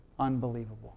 Unbelievable